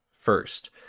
first